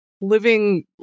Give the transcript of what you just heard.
living